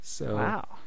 Wow